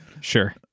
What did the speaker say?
Sure